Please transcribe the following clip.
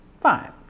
fine